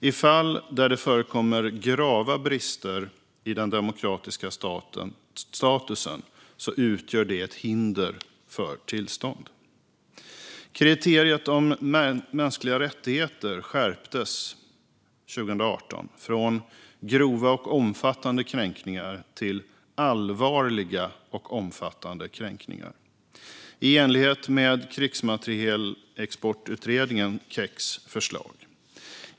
I fall där det förekommer grava brister i den demokratiska statusen utgör det ett hinder för tillstånd. Kriteriet om mänskliga rättigheter skärptes 2018 från "grova och omfattande kränkningar" till "allvarliga och omfattande kränkningar" i enlighet med Krigsmaterielexportutredningens, KEX:s, förslag.